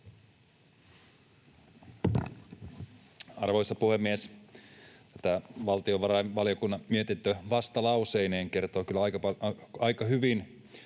Arvoisa puhemies! Tämä valtiovarainvaliokunnan mietintö vastalauseineen kertoo kyllä aika hyvin,